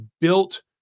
built